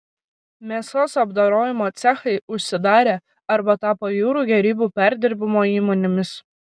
mėsos apdorojimo cechai užsidarė arba tapo jūrų gėrybių perdirbimo įmonėmis